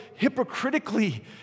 hypocritically